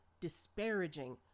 disparaging